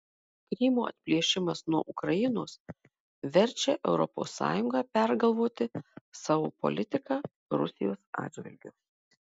krymo atplėšimas nuo ukrainos verčia europos sąjungą pergalvoti savo politiką rusijos atžvilgiu